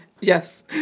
Yes